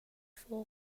for